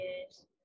yes